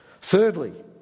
thirdly